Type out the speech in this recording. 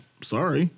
sorry